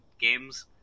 Games